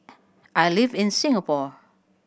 I live in Singapore